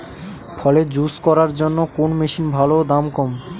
ফলের জুস করার জন্য কোন মেশিন ভালো ও দাম কম?